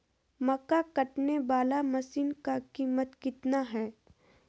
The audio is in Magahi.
मक्का कटने बाला मसीन का कीमत कितना है?